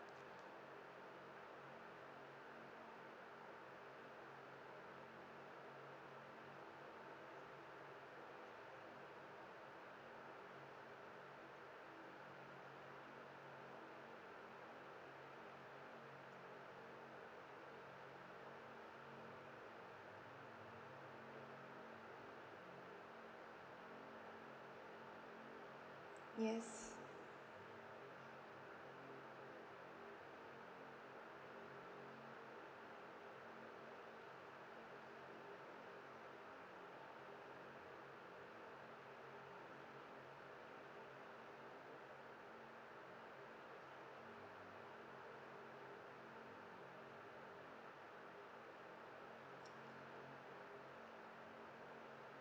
yes